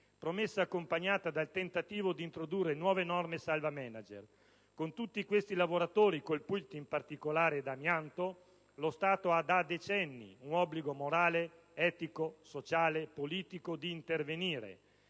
e accompagnata dal tentativo di introdurre nuove norme salva manager. Nei confronti di tutti i lavoratori colpiti, in particolare, da amianto, lo Stato ha da decenni un obbligo morale, etico, sociale e politico di intervenire,